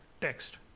text